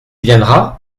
viendra